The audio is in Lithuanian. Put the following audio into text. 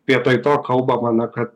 vietoj to kalbama na kad